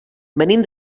venim